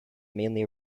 mainly